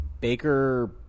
Baker